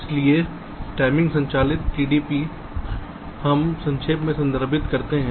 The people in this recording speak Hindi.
इसलिए टाइमिंग संचालित TDP हम संक्षेप में संदर्भित करते हैं